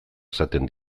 esaten